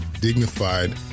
dignified